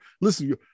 Listen